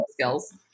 skills